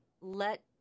let